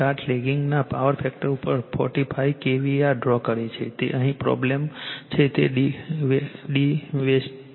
8 લેગિંગના power factor ઉપર 45 k VAR draw કરે છે તે અહીં પ્રોબ્લેમ છે તે ટિવસ્ટેડ છે